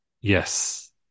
Yes